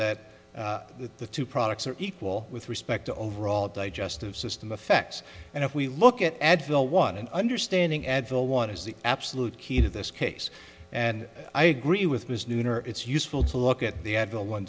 that the two products are equal with respect to overall digestive system effects and if we look at advil one an understanding advil one is the absolute key to this case and i agree with ms nooner it's useful to look at the advil one